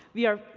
we are,